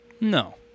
No